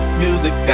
music